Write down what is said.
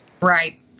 Right